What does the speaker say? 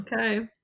Okay